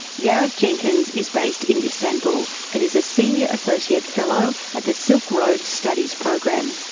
gareth jenkins is based in istanbul, and is a senior associate fellow at the silk road studies program.